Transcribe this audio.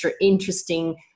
interesting